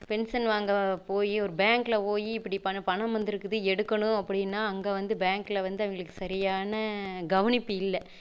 pension வாங்க போய் ஒரு பேங்கில் போய் இப்படி பணம் பணம் வந்திருக்குறது எடுக்கணும் அப்படின்னா அங்கே வந்து பேங்கில் வந்து அவங்களுக்கு சரியான கவனிப்பு இல்லை